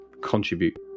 contribute